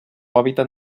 hàbitat